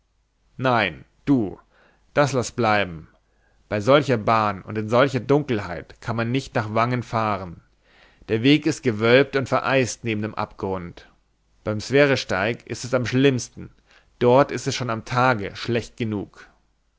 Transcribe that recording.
nein du das laß bleiben bei solcher bahn und in solcher dunkelheit kann man nicht nach vangen fahren der weg geht gewölbt und vereist neben dem abgrund beim sverresteig ist es am schlimmsten dort ist es schon am tage schlecht genug